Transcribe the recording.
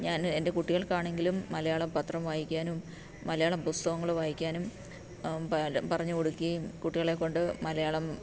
ഞാൻ എൻ്റെ കുട്ടികൾക്കാണെങ്കിലും മലയാള പത്രം വായിക്കാനും മലയാളം പുസ്തകങ്ങൾ വായിക്കാനും പറഞ്ഞു കൊടുക്കുകയും കുട്ടികളെക്കൊണ്ട് മലയാളം